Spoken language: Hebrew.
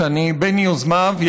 שאני בין יוזמיו,